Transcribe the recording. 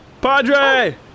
Padre